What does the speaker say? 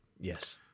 Yes